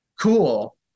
cool